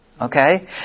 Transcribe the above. Okay